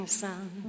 sun